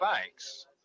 thanks